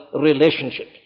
relationship